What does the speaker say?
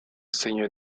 seigneur